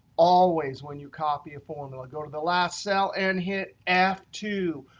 always when you copy a formula, go to the last cell and hit f two.